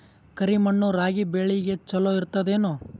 ಕರಿ ಮಣ್ಣು ರಾಗಿ ಬೇಳಿಗ ಚಲೋ ಇರ್ತದ ಏನು?